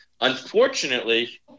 Unfortunately